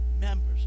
members